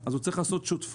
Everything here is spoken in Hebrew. אז הוא צריך לעשות שותפות,